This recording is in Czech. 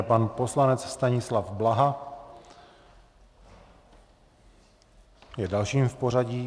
Pan poslanec Stanislav Blaha je dalším v pořadí.